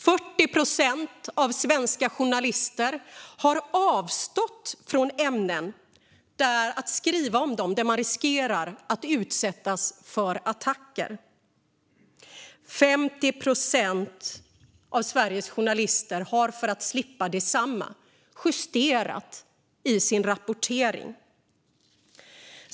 40 procent av svenska journalister har avstått från att skriva om ämnen som gör att de riskerar att utsättas för attacker. 50 procent av Sveriges journalister har för att slippa detsamma justerat i sin rapportering.